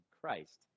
christ